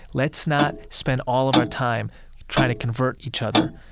let's not spend all of our time trying to convert each other,